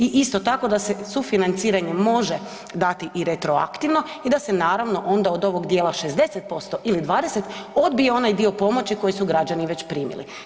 I isto tako da se sufinanciranje može dati i retroaktivno i da se naravno onda od ovog dijela 60% ili 20 odbije onaj dio pomoći koji su građani već primili.